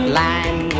line